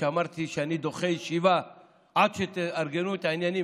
כשאמרתי שאני דוחה ישיבה "עד שתארגנו את העניינים",